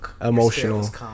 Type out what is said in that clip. emotional